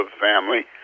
family